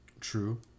true